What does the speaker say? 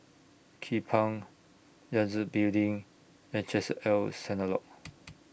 Kupang Yangtze Building and Chesed El Synagogue